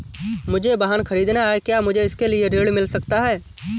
मुझे वाहन ख़रीदना है क्या मुझे इसके लिए ऋण मिल सकता है?